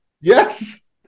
Yes